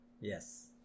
Yes